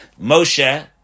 Moshe